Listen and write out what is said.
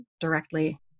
directly